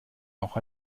auch